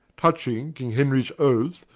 touching king henries oath,